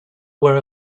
were